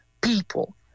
people